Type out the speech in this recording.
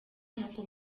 nuko